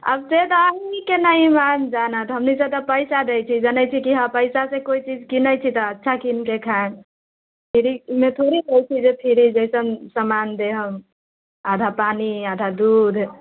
आब से तऽ अहींके ने ईमान जानत हमनी सभ तऽ पैसा दै छी जनै छी कि हाँ पैसासँ कोइ चीज किनै छी तऽ अच्छा कीनके खाइम फ्रीमे थोड़े दै छी जे फ्री जइसन सामान देहम आधा पानि आधा दूध